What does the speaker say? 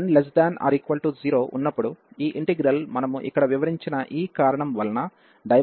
n≤0 ఉన్నప్పుడు ఈ ఇంటిగ్రల్ మనము ఇక్కడ వివరించిన ఈ కారణం వలన డైవర్జెన్స్ అవుతుంది